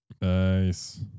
Nice